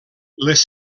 les